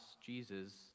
Jesus